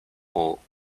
all